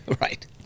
Right